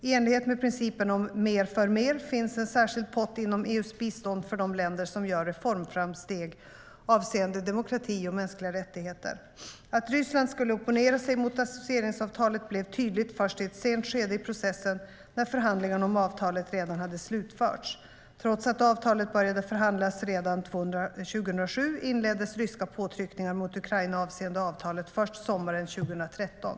I enlighet med principen "mer för mer" finns en särskild pott inom EU:s bistånd för de länder som gör reformframsteg avseende demokrati och mänskliga rättigheter. Att Ryssland skulle opponera sig mot associeringsavtalet blev tydligt först i ett sent skede i processen, när förhandlingarna om avtalet redan hade slutförts. Trots att avtalet började förhandlas redan 2007 inleddes ryska påtryckningar mot Ukraina avseende avtalet först sommaren 2013.